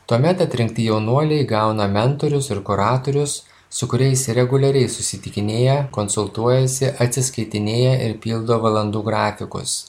tuomet atrinkti jaunuoliai gauna mentorius ir kuratorius su kuriais reguliariai susitikinėja konsultuojasi atsiskaitinėja ir pildo valandų grafikus